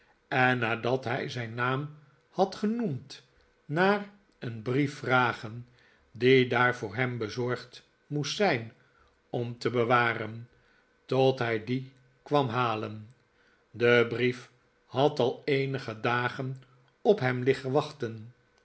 en nadat hij zijn naam had genoemd naar een brief vragen die daar voor hem bezorgd moest zijn om te bewaren tot hij dien kwam halen de brief had al eenige dagen op hem liggen wachten